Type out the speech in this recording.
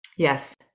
Yes